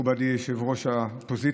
מכובדי יושב-ראש האופוזיציה,